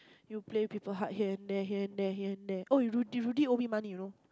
you play people heart here and there here and there here and there oh Rudy Rudy owe me money you know